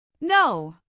No